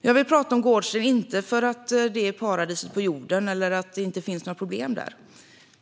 Jag vill prata om Gårdsten, inte för att det är paradiset på jorden eller för att det inte finns några problem där